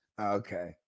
Okay